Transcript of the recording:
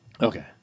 Okay